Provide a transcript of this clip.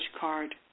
card